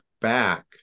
back